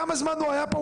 כמה זמן הוא היה פה,